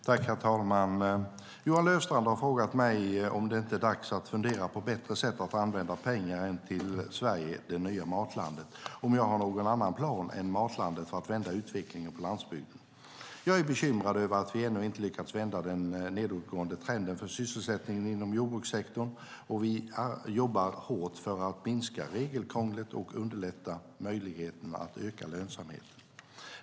Herr talman! Johan Löfstrand har frågat mig om det inte är dags att fundera på bättre sätt att använda pengar än till Sverige - det nya matlandet och om jag har någon annan plan än Matlandet för att vända utvecklingen på landsbygden. Jag är bekymrad över att vi ännu inte lyckats vända den nedåtgående trenden för sysselsättningen inom jordbrukssektorn, och vi jobbar hårt för att minska regelkrånglet och underlätta möjligheterna att öka lönsamheten.